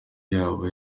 yabo